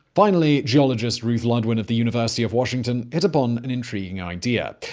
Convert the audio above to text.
finally, geologist ruth ludwin of the university of washington hit upon an intriguing idea.